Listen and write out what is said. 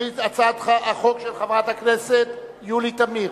והיא הצעת החוק של חברי הכנסת יולי תמיר